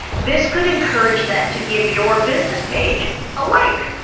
this could encourage them to give your business page a like!